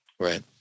Right